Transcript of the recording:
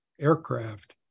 aircraft